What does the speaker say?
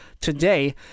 today